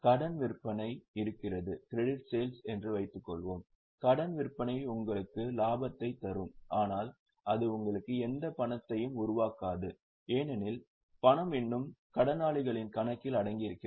கடன் விற்பனை இருக்கிறது என்று வைத்துக்கொள்வோம் கடன் விற்பனை உங்களுக்கு லாபத்தைத் தரும் ஆனால் அது உங்களுக்காக எந்த பணத்தையும் உருவாக்காது ஏனெனில் பணம் இன்னும் கடனாளிகளின் கணக்கில் அடங்கியிருக்கிறது